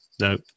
no